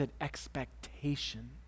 expectation